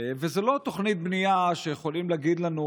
וזו לא תוכנית בנייה שיכולים להגיד לנו: